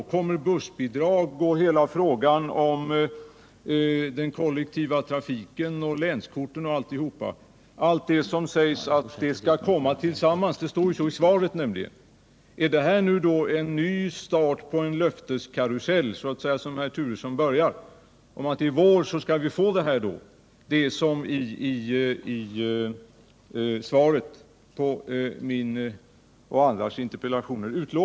Tar man då också upp frågorna om bussbidrag, den kollektiva trafiken, länskorten? Alla de frågorna skall tas upp tillsammans -— det står så i svaret. Är det en ny start på en löfteskarusell, att i vår skall vi få det som utlovas i svaret på min och andras interpellationer?